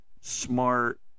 smart